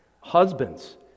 Husbands